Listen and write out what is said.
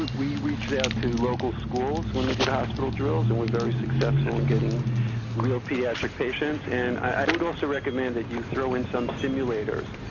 we reached out to local schools when we did hospital drills and were very successful in getting real pediatric patients. and i would also recommend that you throw in some simulators.